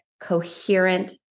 coherent